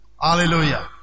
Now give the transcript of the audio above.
Hallelujah